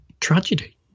tragedy